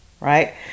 right